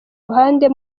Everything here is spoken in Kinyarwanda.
ruhande